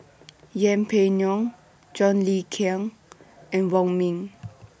Yeng Pway Ngon John Le Cain and Wong Ming